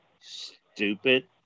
Stupid